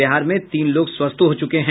बिहार में तीन लोग स्वस्थ हो चुके हैं